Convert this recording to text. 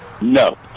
No